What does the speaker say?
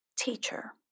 Teacher